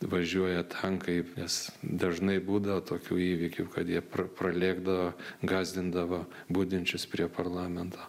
važiuoja tankai nes dažnai būdavo tokių įvykių kad jie pralėkdavo gąsdindavo budinčius prie parlamento